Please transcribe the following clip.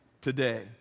today